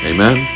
Amen